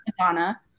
Madonna